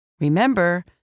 Remember